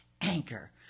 Anchor